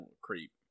Creep